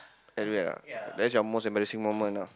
Halloween Night ah that's your most embarrassing moment ah